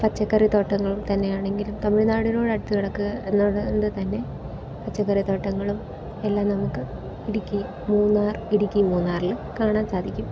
പച്ചക്കറി തോട്ടങ്ങൾ തന്നെയാണെങ്കിലും തമിഴ്നാടിനോട് അടുത്ത് കിടക്കുന്നത് കൊണ്ട് തന്നെ പച്ചക്കറി തോട്ടങ്ങളും എല്ലാം നമുക്ക് ഇടുക്കി മൂന്നാർ ഇടുക്കി മൂന്നാറിലും കാണാൻ സാധിക്കും